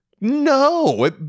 no